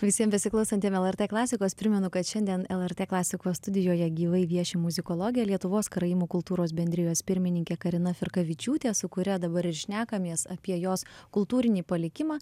visiem besiklausantiem lrt klasikos primenu kad šiandien lrt klasikos studijoje gyvai vieši muzikologė lietuvos karaimų kultūros bendrijos pirmininkė karina firkavičiūtė su kuria dabar šnekamės apie jos kultūrinį palikimą